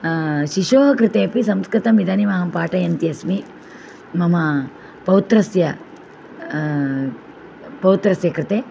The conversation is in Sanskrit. शिशोः कृते अपि अहं संस्कृतमिदानीं अहं पाठयन्ती अस्मि मम पौत्रस्य पौत्रस्य कृते